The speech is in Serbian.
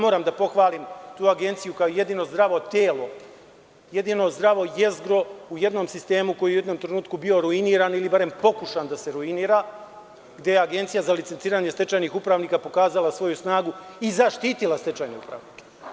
Moram da pohvalim tu agenciju kao jedino zdravo telo, jedino zdravo jezgro u jednom sistemu koji je u jednom trenutku bio ruiniran, ili barem pokušan da se ruinira, gde Agencija za licitiranje stečajnih upravnika pokazala svoju snagu i zaštitila stečajne upravnike.